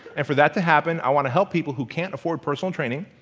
and for that to happen i want to help people who can't afford personal training